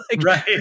Right